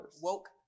woke